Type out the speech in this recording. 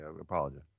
apologize